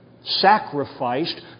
sacrificed